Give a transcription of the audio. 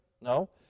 No